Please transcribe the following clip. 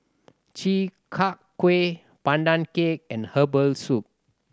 Chi Kak Kuih Pandan Cake and herbal soup